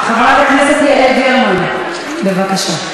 חברת הכנסת יעל גרמן, בבקשה.